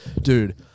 dude